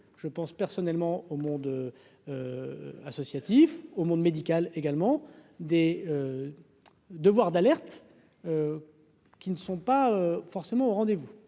je pense, personnellement au monde associatif, au monde médical également des devoirs d'alerte qui ne sont pas forcément au rendez-vous,